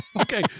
Okay